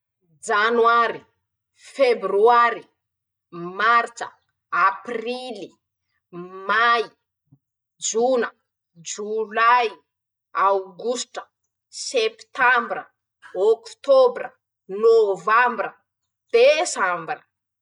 Janoary; febroary; maritsa, aprily, may; jona; jolay; aogositra; sepitambra; ôktôbra, nôvambra; desambra.